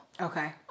Okay